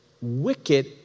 wicked